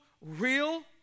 real